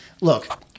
Look